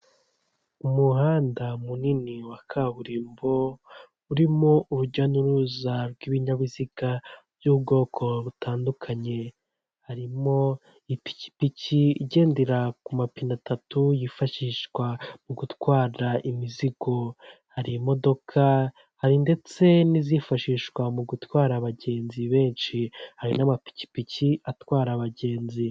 Umuhanda munini wa kaburimbo, urimo urujya n'uruza rw'ibinyabiziga by'ubwoko butandukanye, harimo ipikipiki igendera ku mapine atatu yifashishwa mu gutwara imizigo, hari imodoka, hari ndetse n'izifashishwa mu gutwara abagenzi benshi, hari n'amapikipiki atwara abagenzi.